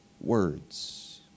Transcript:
words